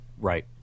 Right